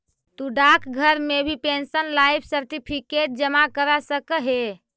तु डाकघर में भी पेंशनर लाइफ सर्टिफिकेट जमा करा सकऽ हे